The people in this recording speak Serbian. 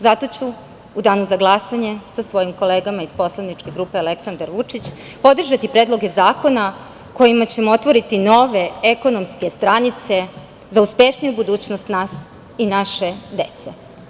Zato ću u danu za glasanje, sa svojim kolegama iz poslaničke grupe „Aleksandar Vučić“ podržati predloge zakona kojima ćemo otvoriti nove ekonomske stranice za uspešniju budućnost nas i naše dece.